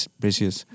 precious